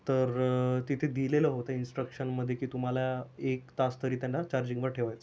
तर तिथे दिलेलं होतं इन्स्ट्रक्शनमध्ये की तुम्हाला एक तास तरी त्यांना चार्जिंगवर ठेवायचं आहे